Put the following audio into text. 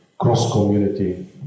cross-community